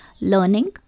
Learning